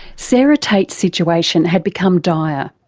sarah tate's situation had become dire,